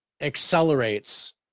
accelerates